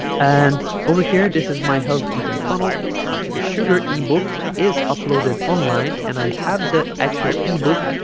and over here this is my healthy eating funnel but the sugar ebook is uploaded online and i have the actual ebook